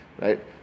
right